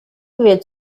wird